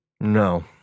No